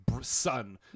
son